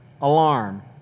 alarm